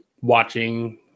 watching